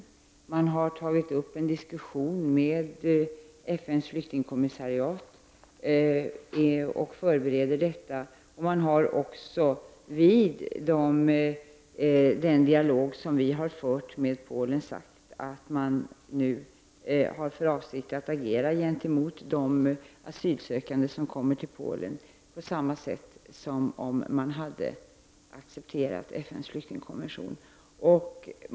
Polen har tagit upp en diskussion med FNs flyktingkommissariat och förbereder ett undertecknande. Vid den dialog som vi har fört med Polen har det sagts att Polen har för avsikt att agera gentemot de asylsökande som kommer till Polen på samma sätt som om Polen hade accepterat FNs flyktingkonvention.